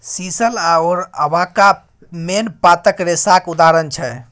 sisal आओर abaca मेन पातक रेशाक उदाहरण छै